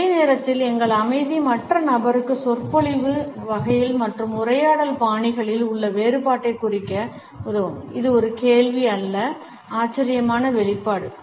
அதே நேரத்தில் எங்கள் அமைதி மற்ற நபருக்கு சொற்பொழிவு வகைகள் மற்றும் உரையாடல் பாணிகளில் உள்ள வேறுபாட்டைக் குறிக்க உதவும் இது ஒரு கேள்வி அல்லது ஆச்சரியமான வெளிப்பாடு